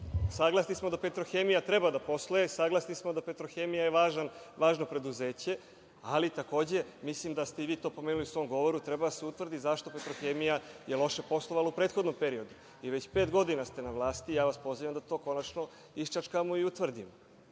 Saglasni smo da „Petrohemija“ treba da posluje, saglasni smo da je „Petrohemija“ važno preduzeće, ali takođe, mislim da ste i vi to pomenuli u svom govoru, treba da se utvrdi zašto „Petrohemija“ je loše poslovala u prethodnom periodu. Već pet godina ste na vlasti, ja vas pozivam da to konačno iščačkamo i utvrdimo.